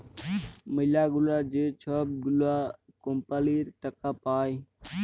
ম্যালাগুলা যে ছব গুলা কম্পালির টাকা পায়